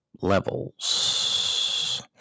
levels